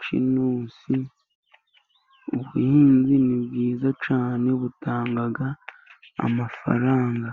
cy'intusi. Ubuhinzi ni bwiza cyane butanga amafaranga.